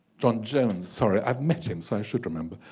john jones, sorry i've met him so i should remember